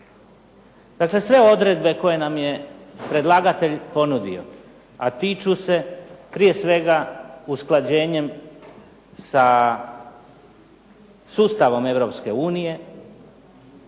Dakle, sve odredbe koje nam je predlagatelj ponudio, a tiču se prije svega usklađenjem sa sustavom